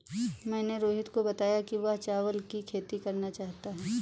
मैंने रोहित को बताया कि वह चावल की खेती करना चाहता है